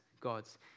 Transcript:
God's